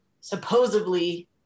supposedly